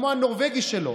הוא כמו הנורבגי שלו.